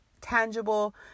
tangible